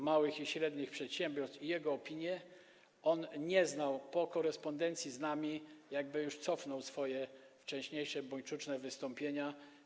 małych i średnich przedsiębiorstw i jego opinię, to on po korespondencji z nami jakby cofnął swoje wcześniejsze buńczuczne słowa, wystąpienia.